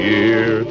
Year